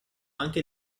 anche